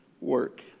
work